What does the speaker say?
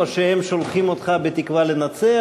או שהם שולחים אותך בתקווה לנצח?